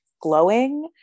glowing